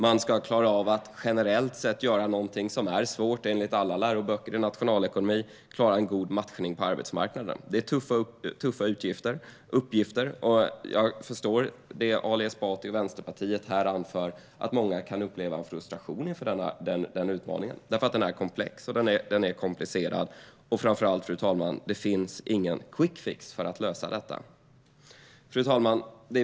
Man ska klara av att generellt sett göra något som är svårt enligt alla läroböcker i nationalekonomi, det vill säga klara en god matchning på arbetsmarknaden. Det är tuffa uppgifter. Jag förstår vad Ali Esbati och Vänsterpartiet anför, nämligen att många kan uppleva en frustration inför den utmaningen. Den är komplex och komplicerad. Och framför allt, fru talman, finns det ingen quick fix för att lösa problemet. Fru talman!